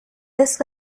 this